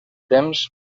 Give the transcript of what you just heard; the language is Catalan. temps